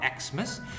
Xmas